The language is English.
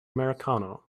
americano